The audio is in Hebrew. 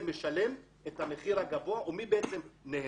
משלם את המחיר הגבוה ומי בעצם נהנה.